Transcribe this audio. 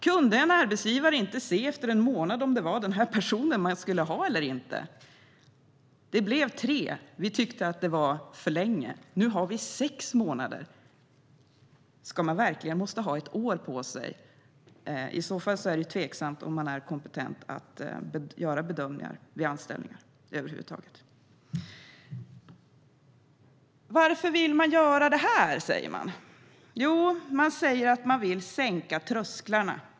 Kunde arbetsgivaren inte efter en månad se om det var den här personen man skulle ha eller inte? Det blev tre månader. Vi tyckte att det var för länge. Nu har vi sex månader. Ska man verkligen behöva ha ett år på sig? Då är det tveksamt om man alls är kompetent att göra bedömningar vid anställningar. Varför vill man då göra detta? Jo, man säger att man vill sänka trösklarna.